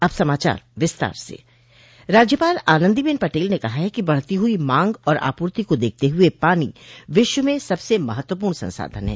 अब समाचार विस्तार से राज्यपाल आनन्दीबेन पटेल ने कहा है कि बढ़ती हुई मांग और आपूर्ति को देखते हुए पानी विश्व में सबसे महत्वपूर्ण संसाधन है